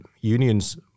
unions